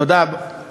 תודה, היושבת-ראש.